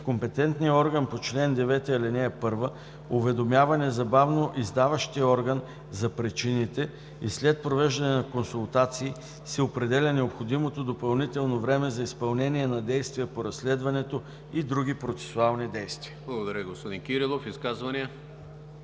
компетентният орган по чл. 9, ал. 1 уведомява незабавно издаващия орган за причините и след провеждане на консултации се определя необходимото допълнително време за изпълнение на действие по разследването и други процесуални действия.“ ПРЕДСЕДАТЕЛ ЕМИЛ ХРИСТОВ: Благодаря, господин Кирилов. Изказвания?